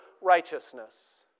righteousness